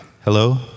Hello